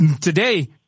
today